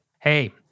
Hey